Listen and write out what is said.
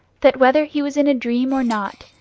that, whether he was in a dream or not,